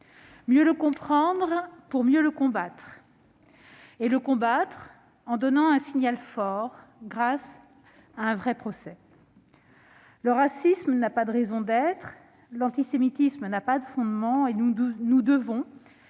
mieux le comprendre pour mieux le combattre, en donnant un signal fort grâce à un vrai procès. Le racisme n'a pas de raison d'être, l'antisémitisme n'a pas de fondement et nous nous